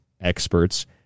experts